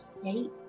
state